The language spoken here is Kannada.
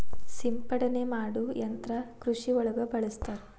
ಸಿಂಪಡನೆ ಮಾಡು ಯಂತ್ರಾ ಕೃಷಿ ಒಳಗ ಬಳಸ್ತಾರ